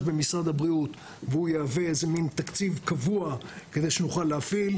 במשרד הבריאות והוא יהווה איזה מן תקציב קבוע כדי שנוכל להפעיל.